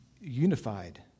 unified